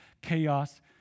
chaos